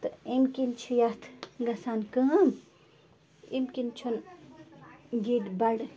تہٕ اَمۍ کِنۍ چھِ یَتھ گژھان کٲم اَمۍ کِنۍ چھِنہٕ ییٚتہِ بَڑٕ